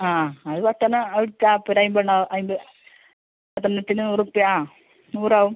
ആ അത് പെട്ടെന്ന് എടുക്കാം ഇപ്പോൾ ഒരു അമ്പതെണ്ണം അമ്പ പത്തെണ്ണത്തിന് നൂറ് റുപ്യ ആ നൂറാവും